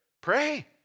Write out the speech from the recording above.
pray